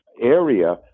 area